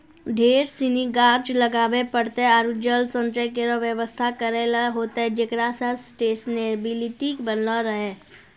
ढेर सिनी गाछ लगाबे पड़तै आरु जल संचय केरो व्यवस्था करै ल होतै जेकरा सें सस्टेनेबिलिटी बनलो रहे